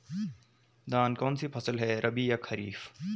धान कौन सी फसल है रबी या खरीफ?